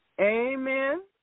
Amen